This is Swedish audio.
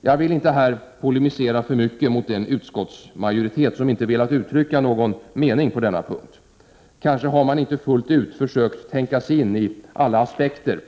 Jag vill inte här polemisera för mycket mot den utskottsmajoritet som inte velat uttrycka någon mening på denna punkt. Kanske har man inte fullt ut försökt tänka sig in i alla aspekter